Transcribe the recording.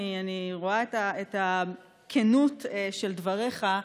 אני רואה את הכנות של דבריך,